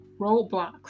roadblocks